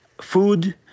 food